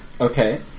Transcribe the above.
Okay